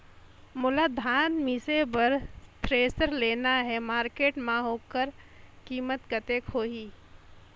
मोला धान मिसे बर थ्रेसर लेना हे मार्केट मां होकर कीमत कतेक होही?